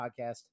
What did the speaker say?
podcast